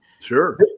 sure